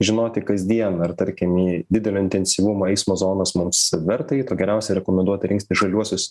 žinoti kasdien ar tarkim į didelio intensyvumo eismo zonas mums verta eit o geriausiai rekomenduota rinkti žaliuosius